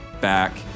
back